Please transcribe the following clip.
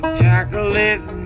chocolate